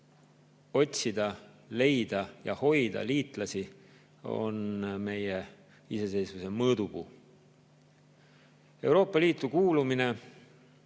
otsida, leida ja hoida liitlasi on meie iseseisvuse mõõdupuu. Euroopa Liitu ja